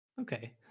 Okay